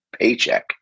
paycheck